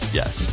yes